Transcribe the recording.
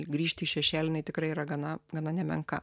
grįžti į šešėlį jinai tikrai yra gana gana nemenka